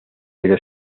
pero